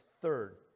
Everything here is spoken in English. Third